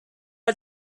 are